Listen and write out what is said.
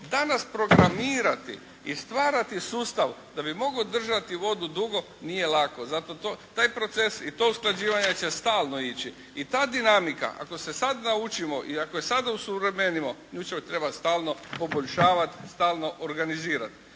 danas programirati i stvarati sustav da bi mogao držati vodu dugo nije lako. Zato taj proces i to usklađivanje će stalno ići i ta dinamika ako se sada naučimo i ako ju sada osuvremenimo nju će trebati stalno poboljšavati, stalno organizirati.